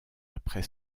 après